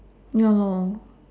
ya lor